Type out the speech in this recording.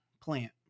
plant